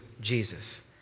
Jesus